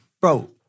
Bro